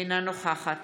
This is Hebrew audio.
אינה נוכחת